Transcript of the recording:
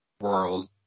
world